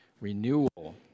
Renewal